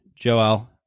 Joel